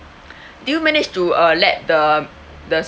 did you manage to uh let the the